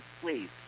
please